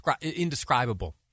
indescribable